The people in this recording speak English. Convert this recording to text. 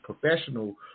professional